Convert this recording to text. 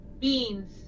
Beans